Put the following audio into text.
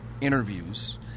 interviews